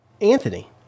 Anthony